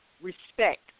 respect